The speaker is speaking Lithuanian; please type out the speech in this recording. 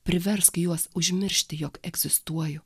priversk juos užmiršti jog egzistuoju